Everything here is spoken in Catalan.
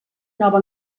nova